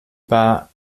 par